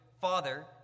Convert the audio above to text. Father